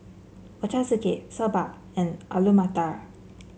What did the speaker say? Ochazuke Soba and Alu Matar